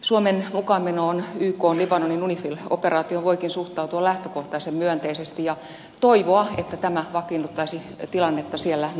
suomen mukaanmenoon ykn libanonin unifil operaatioon voikin suhtautua lähtökohtaisen myönteisesti ja toivoa että tämä vakiinnuttaisi tilannetta siellä nopeasti